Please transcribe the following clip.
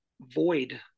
void